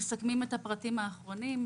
הם מסכמים את הפרטים האחרונים.